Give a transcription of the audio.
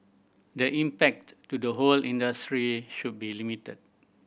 the impact to the whole industry should be limited